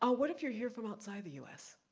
ah what if you're here from outside the us?